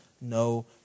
no